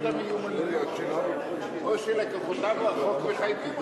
המיומנויות שלו או שלקוחותיו או החוק מחייבים אותו.